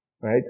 Right